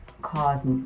cause